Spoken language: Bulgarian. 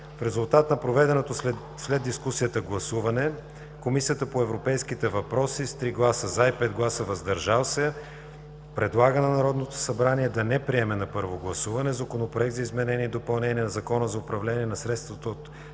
В резултат на проведеното след дискусията гласуване Комисията по европейските въпроси с 3 гласа „за” и 5 гласа „въздържали се” предлага на Народното събрание да не приеме на първо гласуване Законопроект за изменение и допълнение на Закона за управление на средствата от